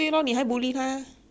你还 bully 她